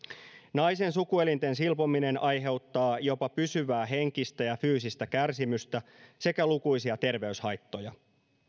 naisen sukuelinten silpominen aiheuttaa jopa pysyvää henkistä ja fyysistä kärsimystä sekä lukuisia terveyshaittoja